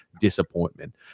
disappointment